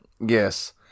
Yes